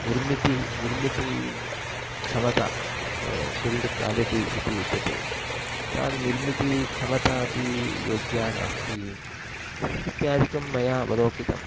निर्मितिः निर्मितिक्षमता अत्र build quality इति उच्यते तान् निर्मितिक्षमता अपि योग्या नास्ति इत्यादिकं मया अवलोकितम्